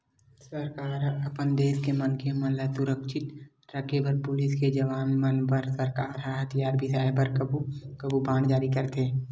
सरकार ह अपन देस के मनखे मन ल सुरक्छित रखे बर पुलिस के जवान मन बर सरकार ह हथियार बिसाय बर कभू कभू बांड जारी करथे